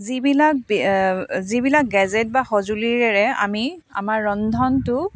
যিবিলাক যিবিলাক গেজেট বা সঁজুলিৰে আমি আমাৰ ৰন্ধনটো